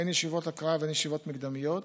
הן ישיבות הקראה והן ישיבות מקדמיות.